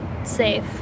safe